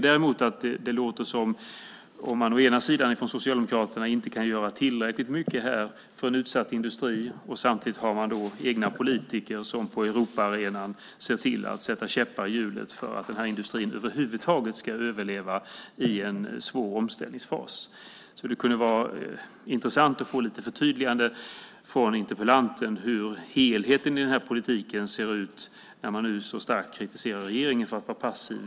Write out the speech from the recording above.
Däremot låter det från Socialdemokraternas sida som att det inte görs tillräckligt mycket här för en utsatt industri - samtidigt som de egna politikerna på Europaarenan ser till att sätta käppar i hjulet för att denna industri över huvud taget ska överleva i en svår omställningsfas. Det skulle vara intressant att få ett förtydligande av interpellanten hur helheten i politiken ser ut när man nu så starkt kritiserar regeringen för att vara passiv.